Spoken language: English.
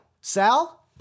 Sal